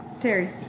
Terry